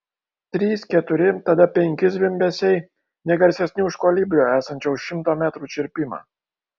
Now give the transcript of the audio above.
trys keturi tada penki zvimbesiai ne garsesni už kolibrio esančio už šimto metrų čirpimą